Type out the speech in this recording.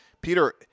Peter